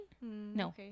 no